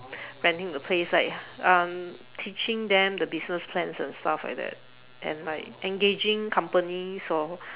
renting the place like uh teaching them the business plans and stuff like that and like engaging companies or